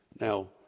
Now